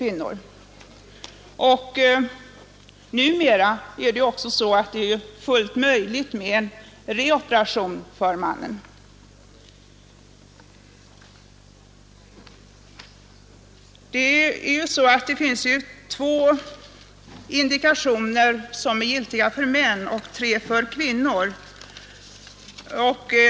Numera är det ju också fullt möjligt med en reoperation för mannen. Det finns två indikationer som är giltiga för män och tre för kvinnor.